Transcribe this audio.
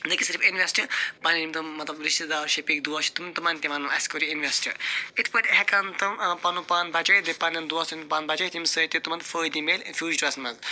نَہ کہِ صِرف اِنوٮ۪سٹ پنٕنۍ یِم تِم مطلب رشتہٕ دار چھِ شفیٖق دوس چھِ تِم تِمن تہِ وَنو اَسہِ کٔرِو اِنوٮ۪سٹ یِتھ پٲٹھۍ ہٮ۪کہن تِم پنُن پان بچٲیِتھ بیٚیہِ پنٛنٮ۪ن دوستن ہُنٛد پان بچٲیِتھ ییٚمہِ سۭتۍ تہِ تِمن فٲیدٕ مِلہِ فیوٗچرس منٛز